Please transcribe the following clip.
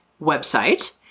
website